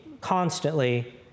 constantly